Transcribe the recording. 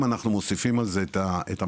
אם אנחנו מוסיפים על זה את המדד,